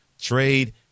trade